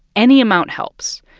any amount helps.